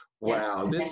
Wow